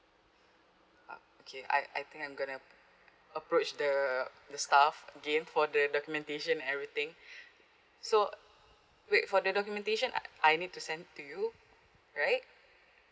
uh okay I I think I'm gonna approach the the staff again for the documentation and everything so wait for the documentation I need to send to you right